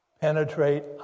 penetrate